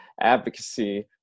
Advocacy